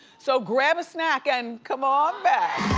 so grab a snack and come on back.